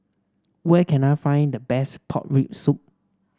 where can I find the best Pork Rib Soup